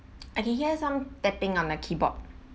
I can hear some tapping on the keyboard